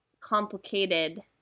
complicated